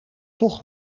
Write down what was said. toch